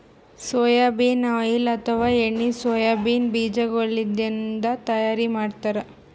soybean oil ಅಥವಾ ಎಣ್ಣಿ soybean ಬಿಜಾಗೋಳಿನ್ದ ತೈಯಾರ್ ಮಾಡ್ತಾರ್